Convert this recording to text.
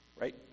Right